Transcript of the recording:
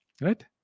right